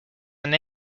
and